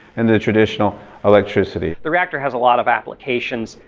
and the traditional electricity. the reactor has a lot of applications,